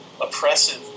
oppressive